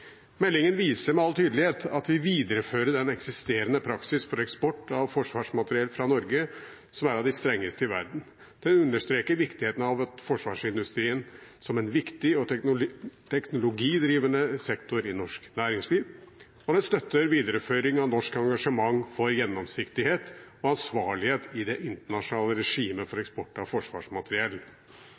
Meldingen viser med all tydelighet at vi viderefører den eksisterende praksis for eksport av forsvarsmateriell fra Norge, som er av de strengeste i verden understreker viktigheten av forsvarsindustrien som en viktig og teknologidrivende sektor i norsk næringsliv støtter en videreføring av norsk engasjement for gjennomsiktighet og ansvarlighet i det internasjonale regimet for eksport av forsvarsmateriell